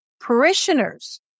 parishioners